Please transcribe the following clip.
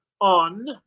on